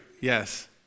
Yes